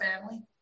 family